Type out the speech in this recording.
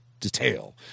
Detail